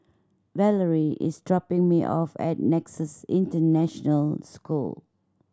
Valarie is dropping me off at Nexus International School